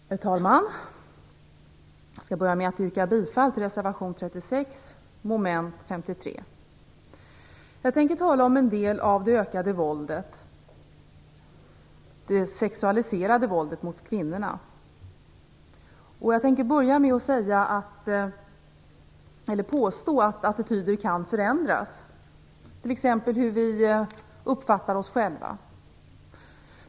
Herr talman! Till att börja med yrkar jag bifall till reservation 36, mom. 53. Jag tänker tala om en del av det ökade våldet - det sexualiserade våldet mot kvinnorna. Jag vill påstå att attityder kan förändras, t.ex. hur vi uppfattar oss själva.